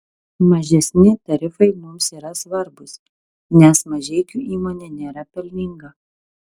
mažesni tarifai mums yra svarbūs nes mažeikių įmonė nėra pelninga